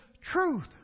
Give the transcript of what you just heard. truth